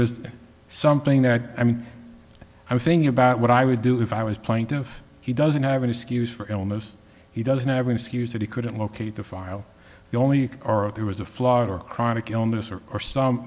was something that i mean i was thinking about what i would do if i was playing to if he doesn't have an excuse for illness he doesn't have an excuse or he couldn't locate the pharo the only aura there was a florida chronic illness or or some